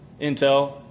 Intel